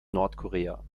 nordkorea